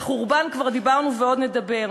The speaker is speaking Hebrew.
על החורבן כבר דיברנו ועוד נדבר.